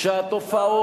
ואני רוצה לומר לך,